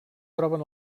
troben